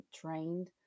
trained